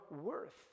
worth